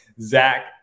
Zach